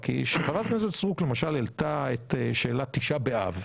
חברת הכנסת סטרוק העלתה למשל את שאלת ט' באב,